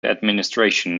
administration